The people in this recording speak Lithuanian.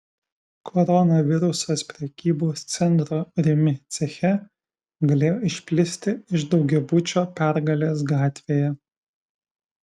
koronavirusas prekybos centro rimi ceche galėjo išplisti iš daugiabučio pergalės gatvėje